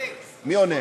מי עונה?